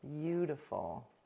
beautiful